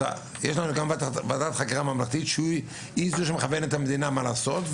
אז יש לנו גם ועדת חקירה ממלכתית שהיא זאת שמכוונת את המדינה מה לעשות,